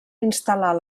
instal·lar